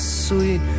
sweet